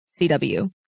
cw